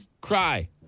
cry